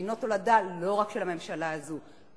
שהוא תולדה לא רק של הממשלה הזאת,